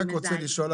אני רק רוצה לשאול.